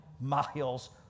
miles